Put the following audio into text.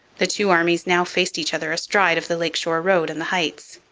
the two armies now faced each other astride of the lake-shore road and the heights.